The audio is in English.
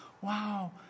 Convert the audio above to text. wow